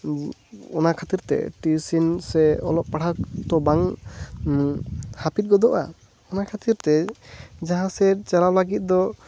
ᱚᱱᱟ ᱠᱷᱟᱹᱛᱤᱨ ᱛᱮ ᱴᱤᱭᱩᱥᱮᱱ ᱥᱮ ᱚᱞᱚᱜ ᱯᱟᱲᱦᱟᱣ ᱛᱚ ᱵᱟᱝ ᱦᱟᱹᱯᱤᱫ ᱜᱚᱫᱚᱜᱼᱟ ᱚᱱᱟ ᱠᱷᱟᱹᱛᱤᱨ ᱛᱮ ᱡᱟᱦᱟᱸ ᱥᱮᱫ ᱪᱟᱞᱟᱣ ᱞᱟᱹᱜᱤᱫ ᱫᱚ